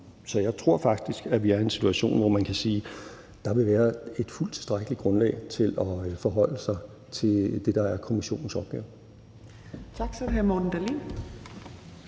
Så jeg tror faktisk, at vi er i en situation, hvor man kan sige, at der vil være et fuldt ud tilstrækkeligt grundlag for at forholde sig til det, der er kommissionens opgave.